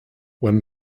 when